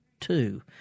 two